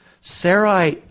Sarah